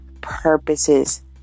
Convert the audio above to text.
purposes